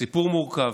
סיפור מורכב.